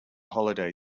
holiday